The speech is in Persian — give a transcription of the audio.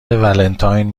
ولنتاین